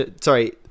Sorry